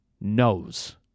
knows